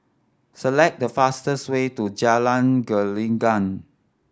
select the fastest way to Jalan Gelenggang